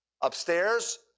Upstairs